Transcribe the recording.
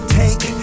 take